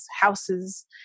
houses